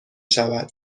شود